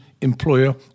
employer